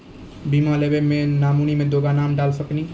बीमा लेवे मे नॉमिनी मे दुगो नाम डाल सकनी?